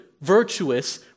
virtuous